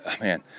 man